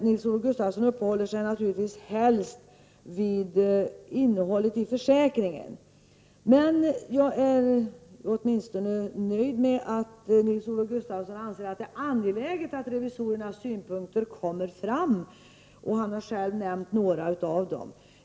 Nils-Olof Gustafsson uppehåller sig helst vid innehållet i försäkringen, men jag är nöjd med att han åtminstone anser att det är angeläget att revisorernas synpunkter kommer fram, och han har själv nämnt några av dem.